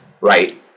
Right